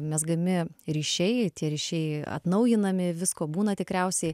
mezgami ryšiai tie ryšiai atnaujinami visko būna tikriausiai